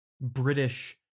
British